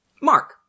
Mark